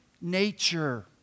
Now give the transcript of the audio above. nature